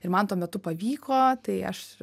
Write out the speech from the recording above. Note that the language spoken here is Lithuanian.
ir man tuo metu pavyko tai aš